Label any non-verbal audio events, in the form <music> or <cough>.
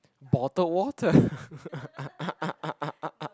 bottled water <laughs>